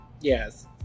Yes